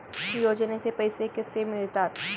योजनेचे पैसे कसे मिळतात?